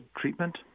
treatment